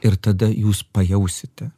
ir tada jūs pajausite